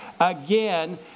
Again